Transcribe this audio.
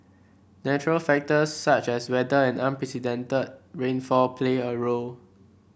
natural factors such as weather and unprecedented rainfall play a role